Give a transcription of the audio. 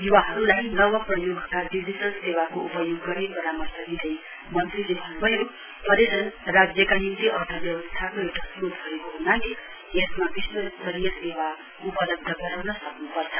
युवाहरूलाई नव प्रयोगको डिजिटल सेवाको उपयोग गर्ने परामर्श दिँदै मन्त्रीले भन्न्भयो पर्यटन राज्यका निम्ति अर्थव्यवस्थाको एउटा श्रोत भएको ह्नाले यसमा विश्व स्तरीय सेवा उपलब्ध गराउन सक्नुपर्छ